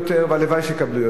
והלוואי שיקבלו יותר,